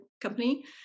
company